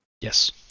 Yes